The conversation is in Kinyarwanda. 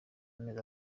amezi